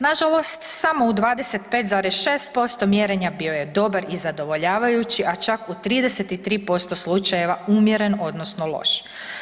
Nažalost samo u 25,6% mjerenja bio je dobar i zadovoljavajući, a čak u 33% slučajeva umjeren odnosno loš.